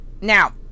Now